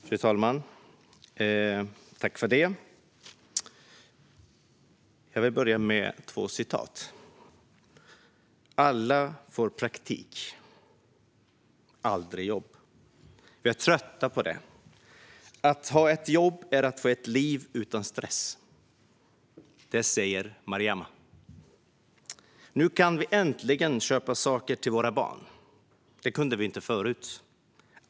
Fru talman! Jag vill börja med två citat. "Alla får praktik, aldrig jobb. Vi är trötta på det. Att ha ett jobb är att få ett liv utan stress." Det säger Mariama. "Nu kan vi äntligen köpa saker till våra barn, det kunde vi inte förut.